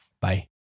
bye